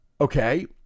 Okay